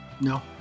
No